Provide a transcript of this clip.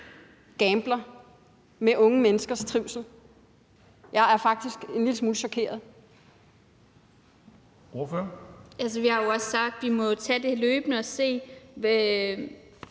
gambler med unge menneskers trivsel. Jeg er faktisk en lille smule chokeret.